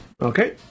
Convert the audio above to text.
Okay